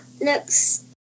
looks